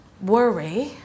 worry